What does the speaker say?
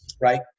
right